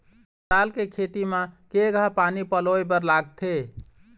पताल के खेती म केघा पानी पलोए बर लागथे?